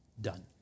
done